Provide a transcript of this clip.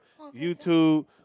YouTube